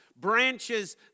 branches